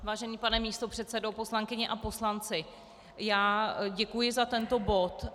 Vážený pane místopředsedo, poslankyně a poslanci, já děkuji za tento bod.